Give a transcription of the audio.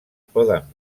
poden